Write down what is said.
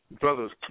brother's